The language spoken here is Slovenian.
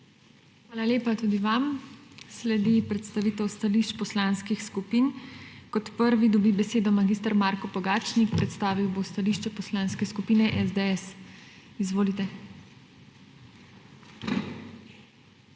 Hvala lepa tudi vam. Sledi predstavitev stališč poslanskih skupin. Kot prvi dobi besedo mag. Marko Pogačnik, predstavil bo stališče Poslanske skupine SDS. Izvolite. MAG.